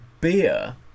beer